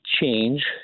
change